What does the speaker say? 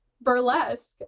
burlesque